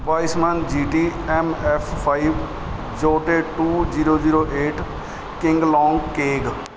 Wiseman G T M F five ਜੋਟੇ two zero zero eight king long keg